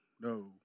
no